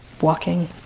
walking